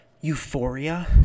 euphoria